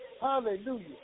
Hallelujah